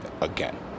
again